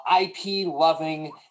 IP-loving